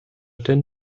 tin